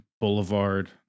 Boulevard